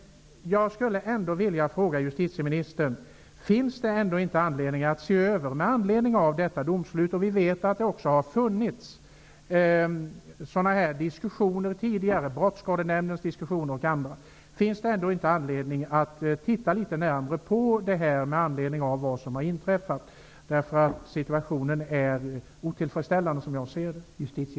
Jag skulle ändå vilja fråga justitieministern: Finns det inte med anledning av detta domslut -- vi vet också att det har förts sådana här diskussioner tidigare, bl.a. inom Brottsskadenämnden -- skäl att se närmare på dessa förhållanden? Enligt min mening är situationen otillfredsställande.